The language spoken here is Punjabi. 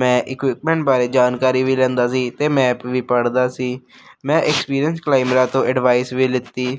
ਮੈਂ ਇਕਿਪਮੈਂਟ ਬਾਰੇ ਜਾਣਕਾਰੀ ਵੀ ਲੈਂਦਾ ਸੀ ਅਤੇ ਮੈਪ ਵੀ ਪੜ੍ਹਦਾ ਸੀ ਮੈਂ ਐਕਸਪੀਰੀਅੰਸ ਕਲਾਈਮਰਾਂ ਤੋਂ ਐਡਵਾਈਸ ਵੀ ਲਿੱਤੀ